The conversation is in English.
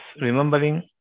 remembering